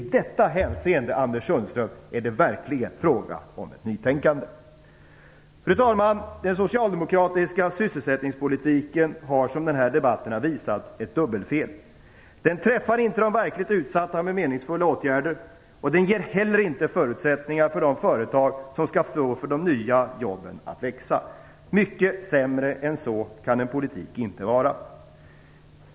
I detta hänseende, Anders Sundström, är det verkligen fråga om ett nytänkande. Fru talman! Den socialdemokratiska sysselsättningspolitiken har som den här debatten har visat ett dubbelfel. Den träffar inte de verkligt utsatta med meningsfulla åtgärder. Den ger inte heller förutsättningar för de företag som skall stå för de nya jobben att växa. Mycket sämre än så kan en politik inte vara.